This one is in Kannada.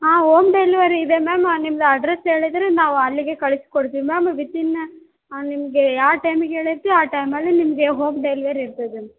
ಹಾಂ ಹೋಮ್ ಡೆಲಿವರಿ ಇದೆ ಮ್ಯಾಮ್ ನಿಮ್ದು ಅಡ್ರಸ್ ಹೇಳಿದರೆ ನಾವು ಅಲ್ಲಿಗೆ ಕಳಿಸ್ಕೊಡ್ತೀವಿ ಮ್ಯಾಮ್ ವಿತಿನ್ನ ನಿಮಗೆ ಯಾವ ಟೈಮಿಗೆ ಹೇಳಿರ್ತೀವಿ ಆ ಟೈಮಲ್ಲಿ ನಿಮಗೆ ಹೋಮ್ ಡೆಲಿವರಿ ಇರ್ತದೆ